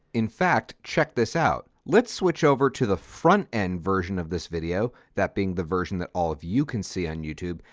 in fact, check this out. let's switch over to the front-end version of this video, that being the version that all of you can see on youtube,